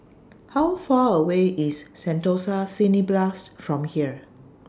How Far away IS Sentosa Cineblast from here